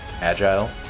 agile